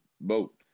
boat